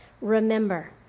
Remember